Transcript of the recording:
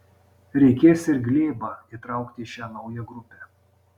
reikės ir glėbą įtraukti į šią naują grupę